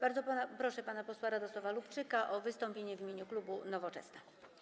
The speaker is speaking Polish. Bardzo proszę pana posła Radosława Lubczyka o wystąpienie w imieniu klubu Nowoczesna.